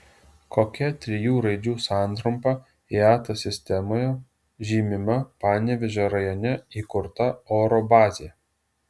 kokia trijų raidžių santrumpa iata sistemoje žymima panevėžio rajone įkurta oro bazė